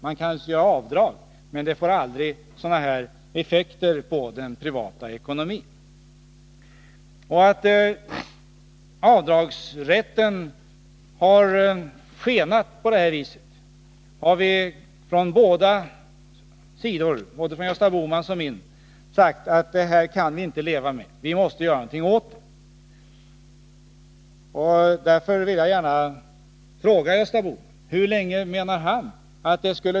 Man kan naturligtvis göra avdrag också i de lägre inkomstskikten, men de får aldrig så här stora effekter på den privata ekonomin. Att effekterna av avdragsrätten har skenat i väg på detta vis har både Gösta Bohman och jag sagt oss inte kunna acceptera. Vi måste göra någonting åt det förhållandet.